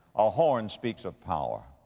a horn speaks of power.